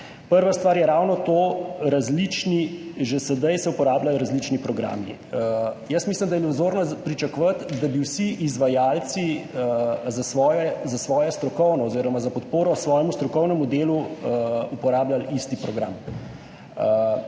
Prva stvar je ravno to, različni, že sedaj se uporabljajo različni programi. Jaz mislim, da je iluzorno pričakovati, da bi vsi izvajalci za svoje, za svoje strokovno oziroma za podporo svojemu strokovnemu delu uporabljali isti program.